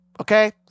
Okay